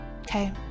Okay